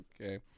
Okay